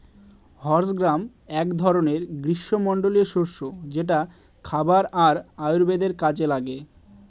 horse gram এক ধরনের গ্রীস্মমন্ডলীয় শস্য যেটা খাবার আর আয়ুর্বেদের কাজে লাগে